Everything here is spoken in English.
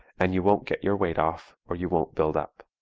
and you won't get your weight off or you won't build up.